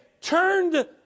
turned